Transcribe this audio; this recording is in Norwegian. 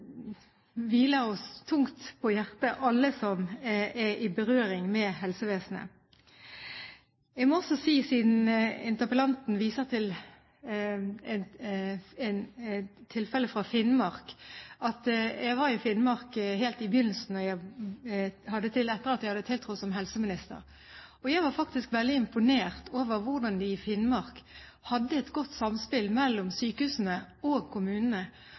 oss tungt på hjertet, alle som er i berøring med helsevesenet. Jeg må også si, siden interpellanten viser til et tilfelle fra Finnmark, at jeg var i Finnmark like etter at jeg hadde tiltrådt som helseminister. Jeg ble faktisk veldig imponert over hvordan de i Finnmark hadde et godt samspill mellom sykehusene og kommunene,